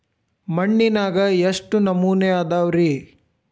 ಮಣ್ಣಿನಾಗ ಎಷ್ಟು ನಮೂನೆ ಅದಾವ ರಿ?